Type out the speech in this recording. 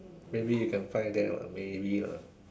maybe you can find there one maybe lah